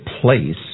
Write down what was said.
place